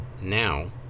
Now